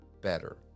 better